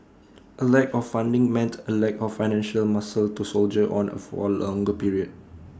A lack of funding meant A lack of financial muscle to soldier on for A longer period